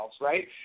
right